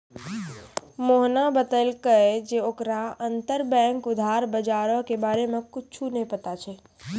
मोहने बतैलकै जे ओकरा अंतरबैंक उधार बजारो के बारे मे कुछु नै पता छै